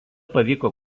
pavyko